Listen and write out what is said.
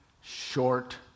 short